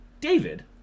David